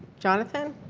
jonathan?